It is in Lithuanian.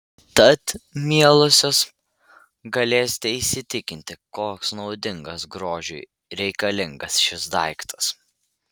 tad mielosios galėsite įsitikinti koks naudingas grožiui reikalingas šis daiktas